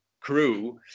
crew